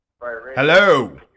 Hello